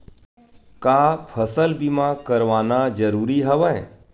का फसल बीमा करवाना ज़रूरी हवय?